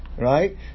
Right